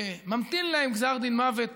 ממתין להם גזר דין מוות